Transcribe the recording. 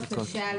בפסקה (1)